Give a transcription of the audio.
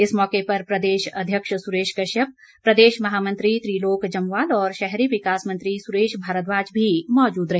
इस मौके पर प्रदेश अध्यक्ष सुरेश कश्यप प्रदेश महामंत्री त्रिलोक जम्वाल और शहरी विकास मंत्री सुरेश भारद्वाज भी मौजूद रहे